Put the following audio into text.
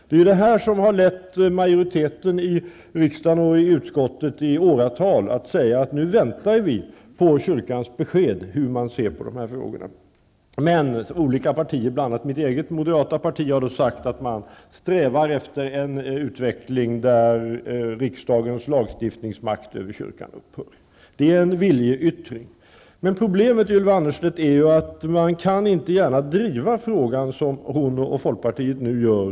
Det här har föranlett majoriteten i riksdagen och även i utskottet att under flera år säga att vi skall vänta på besked från kyrkan om hur man ser på de här frågorna. Men från de olika partierna -- bl.a. det parti som jag tillhör, moderaterna -- har det sagts att man strävar efter en utveckling som innebär att riksdagens lagstiftningsmakt över kyrkan upphör. Det är en viljeyttring. Problemet är dock, Ylva Annerstedt, att det inte utan vidare går att driva den här frågan på det sätt som hon och folkpartiet nu gör.